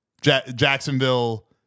jacksonville